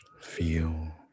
feel